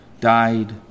died